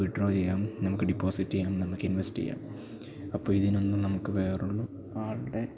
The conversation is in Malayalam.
വിഡ്രോ ചെയ്യാം നമുക്ക് ഡിപ്പോസിറ്റ് ചെയ്യാം നമ്മൾക്ക് ഇൻവെസ്റ്റ് ചെയ്യാം അപ്പം ഇതിനൊന്നും നമുക്ക് വേറെ ഒരു ആളുടെ